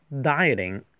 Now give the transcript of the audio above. dieting